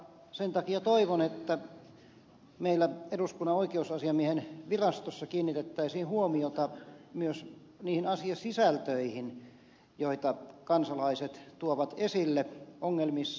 sen takia toivon että meillä eduskunnan oikeusasiamiehen virastossa kiinnitettäisiin huomiota myös niihin asiasisältöihin joita kansalaiset tuovat esille ongelmissaan